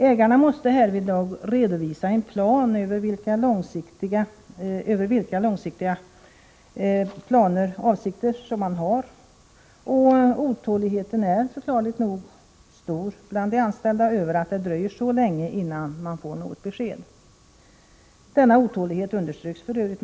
Ägarna måste härvidlag redovisa en plan över vilka långsiktiga avsikter man har, och otåligheten är förklarligt nog stor bland de anställda över att det dröjer så länge innan det kommer något besked. Denna otålighet underströks f.ö.